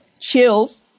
Chills